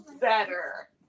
better